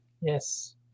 Yes